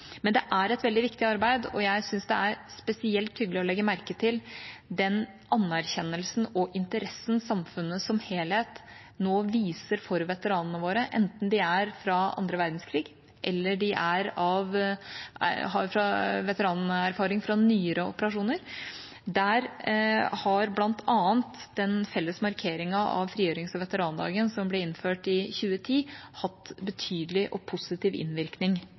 Men det er et veldig viktig arbeid, og jeg syns det er spesielt hyggelig å legge merke til den anerkjennelsen og interessen samfunnet som helhet nå viser for veteranene våre, enten de er fra andre verdenskrig, eller de har veteranerfaring fra nyere operasjoner. Der har bl.a. den felles markeringen av frigjørings- og veterandagen, som ble innført i 2010, hatt betydelig og positiv innvirkning